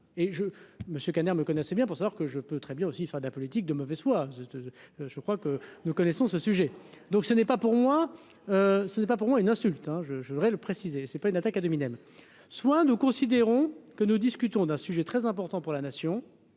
Keller me connaissait bien pour savoir que je peux très bien aussi faire de la politique de mauvaise foi, je crois que nous connaissons ce sujet. Donc ce n'est pas pour moi, ce n'est pas pour moi une insulte, hein, je je voudrais le préciser, ce n'est pas une attaques à nominem soit nous considérons que nous discutons d'un sujet très important pour la nation.